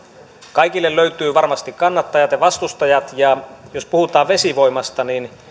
kaikille löytyy varmasti kannattajat ja vastustajat ja jos puhutaan vesivoimasta niin